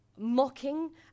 mocking